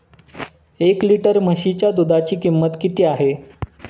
एक लिटर म्हशीच्या दुधाची किंमत किती आहे?